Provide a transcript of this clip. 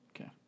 Okay